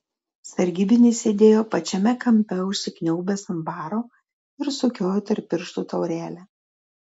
sargybinis sėdėjo pačiame kampe užsikniaubęs ant baro ir sukiojo tarp pirštų taurelę